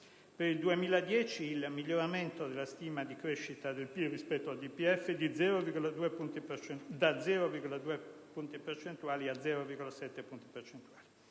Per il 2010, il miglioramento della stima di crescita del PIL rispetto al DPEF è di 0,2 punti percentuali, passando da 0,5 a 0,7 punti percentuali.